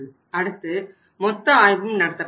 அடுத்து மொத்த ஆய்வும் நடத்தப்பட்டது